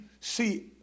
see